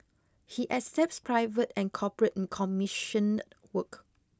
he accepts private and corporate commissioned work